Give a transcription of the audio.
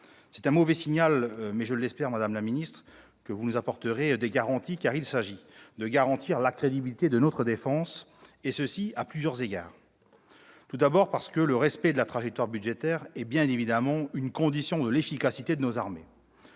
C'est un mauvais signal, mais j'espère, madame la ministre, que vous nous apporterez des garanties, car il s'agit de garantir la crédibilité de notre défense, et ce à plusieurs égards. Tout d'abord, parce que le respect de la trajectoire budgétaire est bien évidemment une condition de l'efficacité de nos armées.